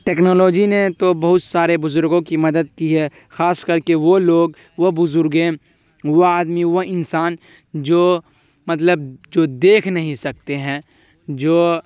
technology نے تو بہت سارے بزرگوں کی مدد کی ہے خاص کر کے وہ لوگ وہ بزرگیں وہ آدمی وہ انسان جو مطلب جو دیکھ نہیں سکتے ہیں جو